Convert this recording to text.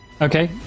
Okay